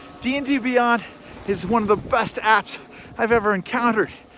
d and d beyond is one of the best apps i've ever encountered.